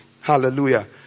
hallelujah